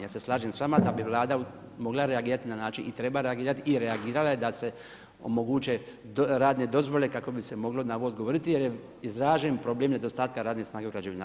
Ja se slažem s vama da bi Vlada mogla reagirati na način i treba reagirati i reagirala je da se omoguće radne dozvole kako bi se moglo na ovo odgovoriti jer je izražen problem nedostatka radne snage u građevinarstvu.